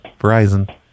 Verizon